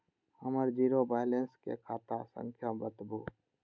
हमर zero balance के खाता संख्या बतबु?